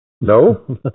No